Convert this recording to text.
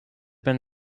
been